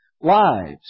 lives